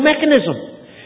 mechanism